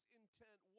intent